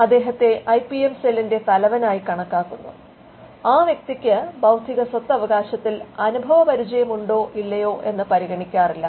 അദ്ദേഹത്തെ I P M സെല്ലിന്റെ തലവനായി കണക്കാക്കുന്നു ആ വ്യക്തിക്ക് ബൌദ്ധിക സ്വത്തവകാശത്തിൽ അനുഭവപരിചയമുണ്ടോ ഇല്ലയോ എന്ന് പരിഗണിക്കാറില്ല